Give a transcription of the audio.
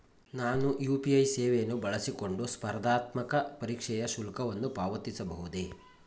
ನಾನು ಯು.ಪಿ.ಐ ಸೇವೆಯನ್ನು ಬಳಸಿಕೊಂಡು ಸ್ಪರ್ಧಾತ್ಮಕ ಪರೀಕ್ಷೆಯ ಶುಲ್ಕವನ್ನು ಪಾವತಿಸಬಹುದೇ?